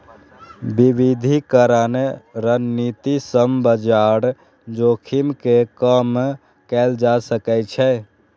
विविधीकरण रणनीति सं बाजार जोखिम कें कम कैल जा सकै छै